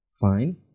Fine